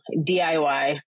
DIY